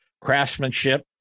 craftsmanship